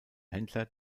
händler